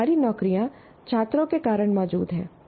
हमारी नौकरियां छात्रों के कारण मौजूद हैं